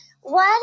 One